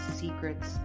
Secrets